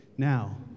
Now